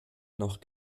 noch